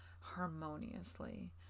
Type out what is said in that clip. harmoniously